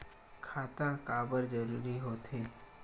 खाता काबर जरूरी हो थे?